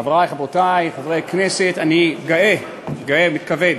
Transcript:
חברי וחברותי חברי הכנסת, אני גאה, מתכבד